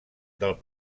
del